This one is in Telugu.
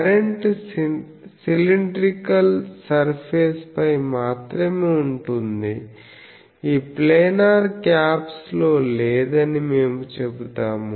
కరెంట్ సిలిండ్రికల్ సర్ఫేస్ పై మాత్రమే ఉంటుంది ఈ ప్లానర్ క్యాప్స్లో లేదని మేము చెబుతాము